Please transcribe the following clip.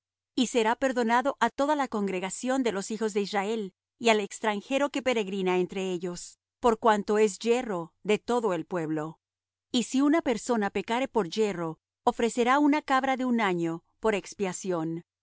y será perdonado á toda la congregación de los hijos de israel y al extranjero que peregrina entre ellos por cuanto es yerro de todo el pueblo y si una persona pecare por yerro ofrecerá una cabra de un año por expiación